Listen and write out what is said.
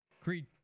Creed